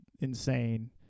insane